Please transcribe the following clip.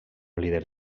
líder